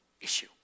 issue